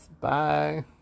Bye